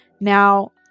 Now